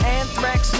Anthrax